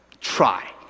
try